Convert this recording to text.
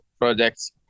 projects